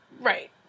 Right